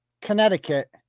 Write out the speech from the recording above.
Connecticut